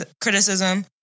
criticism